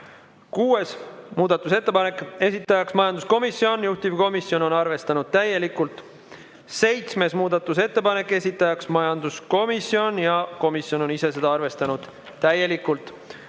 muudatusettepanek, esitaja majanduskomisjon, juhtivkomisjon on arvestanud täielikult. Seitsmes muudatusettepanek, esitaja on majanduskomisjon ja komisjon on ise seda arvestanud täielikult.